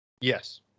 Yes